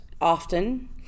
often